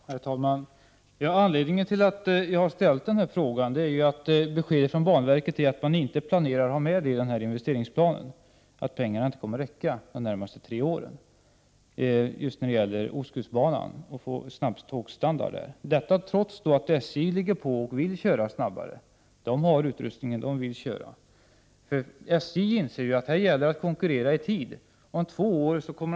Herr talman! Anledningen till att jag har framställt denna fråga är banverkets besked om att man inte planerar att ha med nämnda satsningar i investeringsplanen. Anslagna medel kommer inte att räcka till under de närmaste tre åren. Det finns alltså inte tillräckligt med pengar just när det gäller ostkustbanan och när det gäller att ge denna snabbtågstandard. Ändå trycker SJ på. Man säger sig vara beredd att köra snabbare. SJ har utrustning och vill, som sagt, köra snabbare. Från SJ:s sida inser man att det gäller att vara ute i tid och att kunna konkurrera.